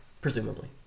presumably